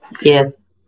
Yes